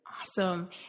Awesome